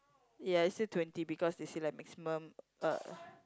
ya it's still twenty because they say like maximum uh